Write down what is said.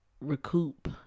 recoup